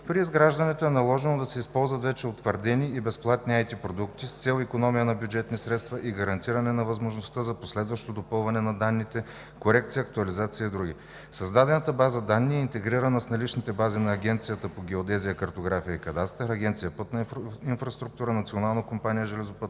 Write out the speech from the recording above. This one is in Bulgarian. При изграждането е наложено да се използват вече утвърдени и безплатни IT продукти с цел икономия на бюджетни средства и гарантиране на възможността за последващо допълване на данните, корекция, актуализация и други. Създадената база данни е интегрирана с наличните бази на Агенцията по геодезия, картография и кадастър, Агенцията „Пътна инфраструктура“, Националната компания „Железопътна